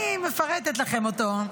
אני מפרטת לכם אותו.